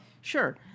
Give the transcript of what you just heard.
Sure